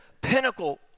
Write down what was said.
pinnacle